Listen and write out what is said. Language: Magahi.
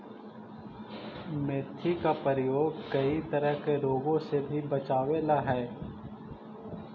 मेथी का प्रयोग कई तरह के रोगों से भी बचावअ हई